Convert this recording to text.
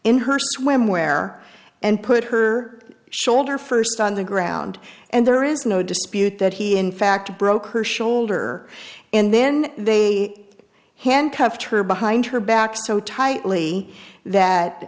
in her swimwear and put her shoulder first on the ground and there is no dispute that he in fact broke her shoulder and then they handcuffed her behind her back so tightly that